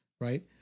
right